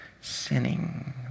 sinning